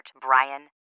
Brian